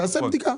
תעשה בדיקה.